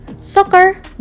soccer